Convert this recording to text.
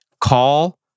call